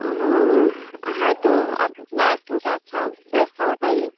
हाँ है तो आप अपने स्कूल की अच्छी व्यवस्था बताइए